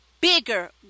bigger